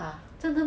ah